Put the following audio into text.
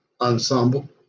Ensemble